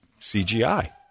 CGI